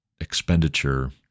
expenditure